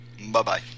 Bye-bye